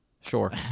Sure